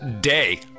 day